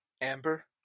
Amber